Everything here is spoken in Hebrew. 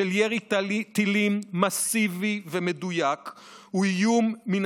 של ירי טילים מסיבי ומדויק הוא איום מן